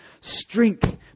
strength